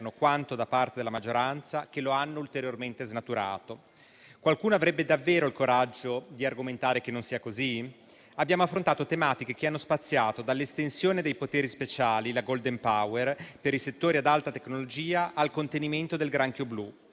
quanto da parte della maggioranza, che lo hanno ulteriormente snaturato. Qualcuno avrebbe davvero il coraggio di argomentare che non sia così? Abbiamo affrontato tematiche che hanno spaziato dall'estensione dei poteri speciali - la *golden power* - per i settori ad alta tecnologia al contenimento del granchio blu.